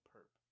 Perp